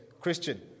Christian